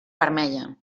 vermella